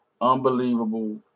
unbelievable